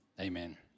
Amen